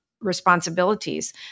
responsibilities